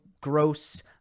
Gross